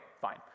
fine